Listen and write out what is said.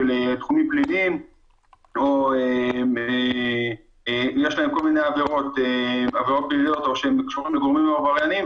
יש להם כל מיני עברות פליליות או שהם קשורים לגורמים עבריינים,